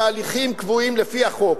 בהליכים קבועים לפי החוק.